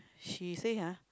she say !huh!